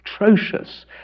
atrocious